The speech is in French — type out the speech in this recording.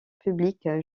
publiques